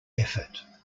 effort